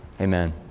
amen